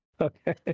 Okay